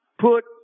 put